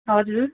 हजुर